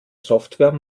software